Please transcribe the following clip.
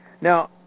Now